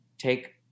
take